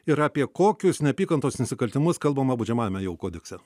ir apie kokius neapykantos nusikaltimus kalbama baudžiamajame jau kodekse